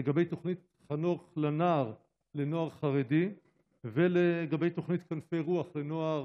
לגבי תוכנית חנוך לנער לנוער חרדי ולגבי תוכנית כנפי רוח לנוער